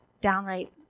downright